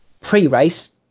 Pre-race